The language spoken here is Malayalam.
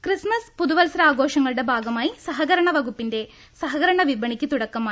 ക്രിസ്മസ് പുതുവത്സരാഘോഷങ്ങളുടെ ഭാഗമായി സഹക രണ വകുപ്പിന്റെ സഹകരണ വിപണിയ്ക്ക് തുടക്കമായി